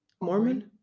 Mormon